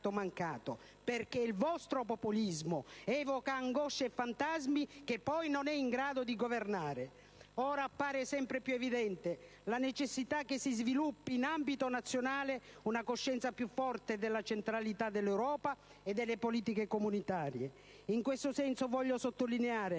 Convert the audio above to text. mancato, perché il vostro populismo evoca angosce e fantasmi che poi non è in grado di governare). Appare sempre più evidente la necessità che si sviluppi in ambito nazionale una coscienza più forte della centralità dell'Europa e delle politiche comunitarie. In questo senso, voglio sottolineare